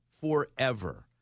forever